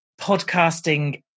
podcasting